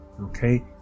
Okay